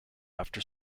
after